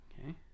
Okay